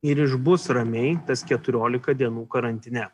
ir išbus ramiai tas keturiolika dienų karantine